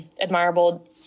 admirable